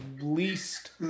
least